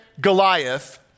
Goliath